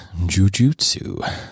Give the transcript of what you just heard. Jujutsu